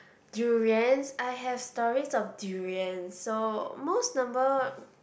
durians I have stories of durians so most number